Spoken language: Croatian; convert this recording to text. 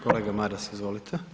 Kolega Maras, izvolite.